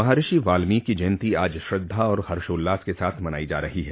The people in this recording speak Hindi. महर्षि वाल्मीकि जयन्ती आज श्रद्धा और हर्षोल्लास के साथ मनाई जा रही है